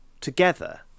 together